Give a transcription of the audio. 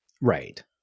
Right